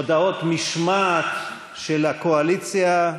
משמעת של הקואליציה,